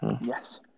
Yes